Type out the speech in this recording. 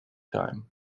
time